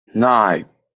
nine